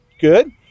Good